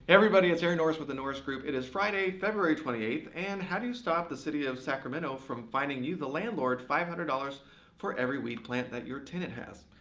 everybody, it's aaron norris with the norris group. it is friday, february twenty eight, and how do you stop the city of sacramento from fining you, the landlord, five hundred dollars for every weed plant that your tenant has?